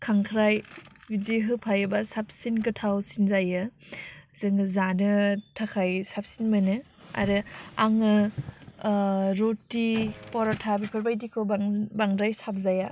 खांख्राइ बिदि होफायोबा साबसिन गोथावसिन जायो जोङो जानो थाखाय साबसिन मोनो आरो आङो रुटि परथा बेफोरबायदिखौ बां बांद्राय साबजाया